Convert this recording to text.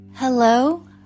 Hello